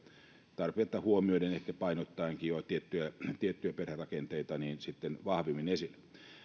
tarpeita huomioiden ehkä painottaenkin tiettyjä tiettyjä perherakenteita vahvemmin esille